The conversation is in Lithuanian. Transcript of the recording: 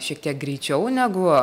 šiek tiek greičiau negu